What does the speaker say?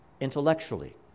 intellectually